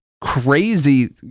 crazy